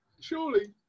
Surely